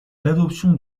l’adoption